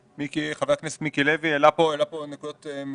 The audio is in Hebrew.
חבר הכנסת מיקי לוי העלה פה נקודות נכונות.